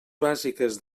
bàsiques